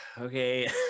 okay